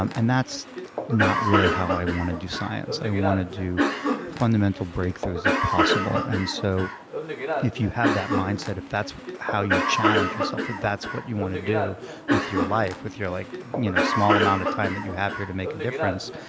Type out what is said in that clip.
um and that's not really how i want to do science. i want to do fundamental breakthroughs, if possible. and so if you have that mindset, if that's how you challenge yourself, that that's what you want to do with your life, with your like you know small amount of time that you have here to make a difference,